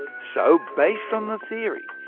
so, based on the theory,